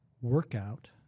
workout –